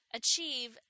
achieve